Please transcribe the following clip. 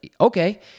Okay